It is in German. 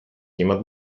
jemand